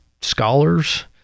scholars